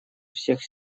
всех